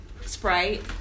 Sprite